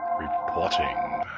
reporting